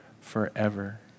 forever